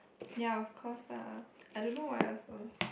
ya of course lah I don't know what else lah